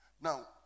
now